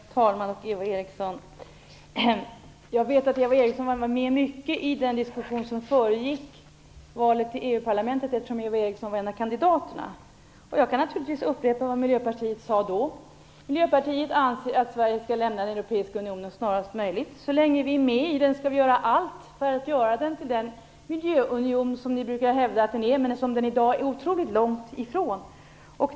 Fru talman! Jag vet att Eva Eriksson var med mycket i den diskussion som föregick valet till EU parlamentet eftersom Eva Eriksson var en av kandidaterna. Jag kan naturligtvis upprepa vad Miljöpartiet sade då. Miljöpartiet anser att Sverige skall lämna den europeiska unionen snarast möjligt. Så länge vi är med i den skall vi göra allt för att göra den till den miljöunion som man brukar hävda att den är, men som den i dag är otroligt långt ifrån.